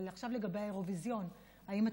אבל עכשיו לגבי האירוויזיון: האם את